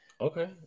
Okay